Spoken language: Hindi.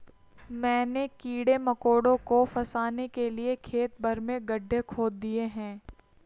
मैंने कीड़े मकोड़ों को फसाने के लिए खेत भर में गड्ढे खोद दिए हैं